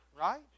right